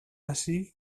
ací